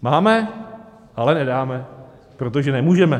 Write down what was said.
Máme, ale nedáme, protože nemůžeme.